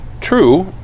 True